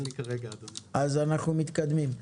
אז אנחנו מתקדמים.